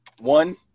One